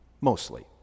Mostly